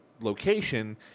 location